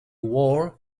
war